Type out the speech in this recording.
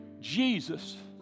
Jesus